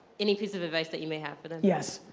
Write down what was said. any piece of advice that you may have for them? yes.